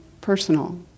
personal